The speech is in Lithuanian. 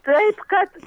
taip kad